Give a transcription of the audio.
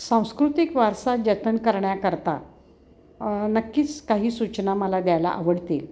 सांस्कृतिक वारसा जतन करण्याकरता नक्कीच काही सूचना मला द्यायला आवडतील